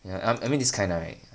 yeah um I mean this kind right